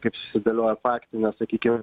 kaip sudėlioja faktinė sakykim